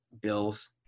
bills